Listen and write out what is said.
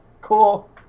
cool